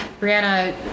Brianna